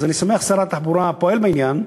אז אני שמח ששר התחבורה פועל בעניין,